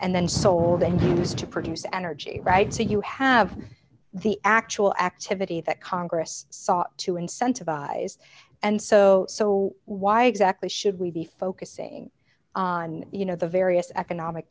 and then sold and is to produce energy right so you have the actual activity that congress sought to incentivize and so so why exactly should we be focusing on you know the various economic